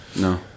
No